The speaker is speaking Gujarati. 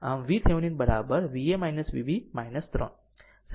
6 વોલ્ટ આમ VThevenin Va Vb 3